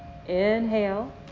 Inhale